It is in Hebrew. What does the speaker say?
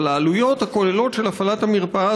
אבל העלויות הכוללות של הפעלת המרפאה